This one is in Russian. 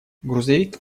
грузовик